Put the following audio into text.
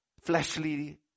fleshly